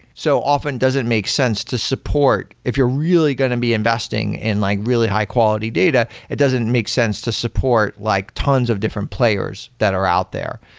so often, it doesn't make sense to support. if you're really going to be investing in like really high quality data, it doesn't make sense to support like tons of different players that are out there.